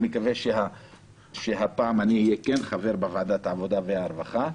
אני מקווה שהפעם אני אהיה כן חבר בוועדת העבודה והרווחה.